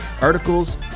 articles